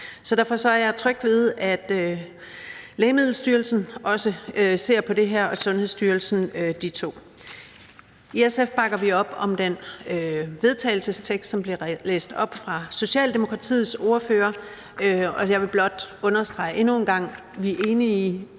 Så derfor er jeg tryg ved, at Lægemiddelstyrelsen også ser på det her, og Sundhedsstyrelsen ditto. I SF bakker vi op om den vedtagelsestekst, som blev læst op af Socialdemokratiets ordfører, og jeg vil blot understrege endnu en gang, at vi er enige i